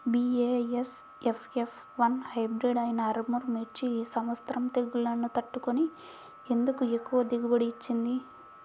BASF F one hybrid అయినా ఆర్ముర్ మిర్చి ఈ సంవత్సరం తెగుళ్లును తట్టుకొని ఎందుకు ఎక్కువ దిగుబడి ఇచ్చింది?